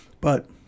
But-